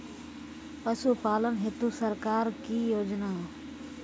पशुपालन हेतु सरकार की योजना?